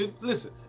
listen